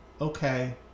okay